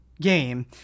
game